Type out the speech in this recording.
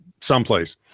someplace